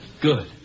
Good